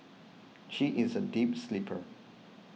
she is a deep sleeper